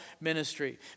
ministry